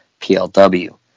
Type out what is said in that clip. PLW